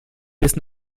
bis